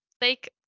Take